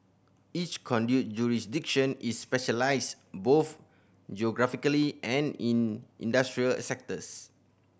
each conduit jurisdiction is specialised both geographically and in industrial sectors